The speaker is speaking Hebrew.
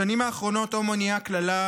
בשנים האחרונות הומו נהיה קללה,